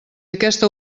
aquesta